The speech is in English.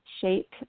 shape